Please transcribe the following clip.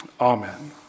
Amen